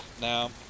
now